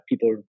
people